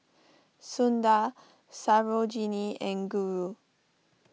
Sundar Sarojini and Guru